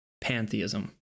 pantheism